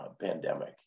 pandemic